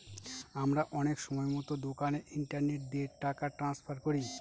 আমরা অনেক সময়তো দোকানে ইন্টারনেট দিয়ে টাকা ট্রান্সফার করি